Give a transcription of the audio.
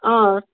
অ